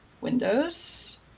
Windows